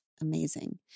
Amazing